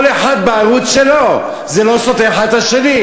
זה לא אותו דבר.